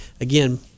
again